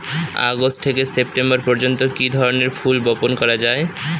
August থেকে September পর্যন্ত কি ধরনের ফুল বপন করা যায়?